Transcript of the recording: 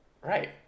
Right